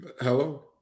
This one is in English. Hello